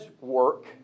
work